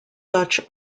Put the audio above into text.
dutch